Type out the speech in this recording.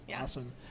Awesome